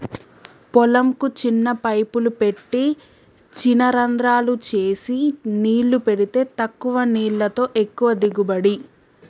పొలం కు చిన్న పైపులు పెట్టి చిన రంద్రాలు చేసి నీళ్లు పెడితే తక్కువ నీళ్లతో ఎక్కువ దిగుబడి